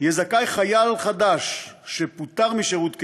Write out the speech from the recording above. יהיה זכאי חייל חדש שפוטר משירות קבע,